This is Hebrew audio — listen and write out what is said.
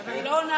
אבל היא לא עונה.